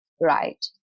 right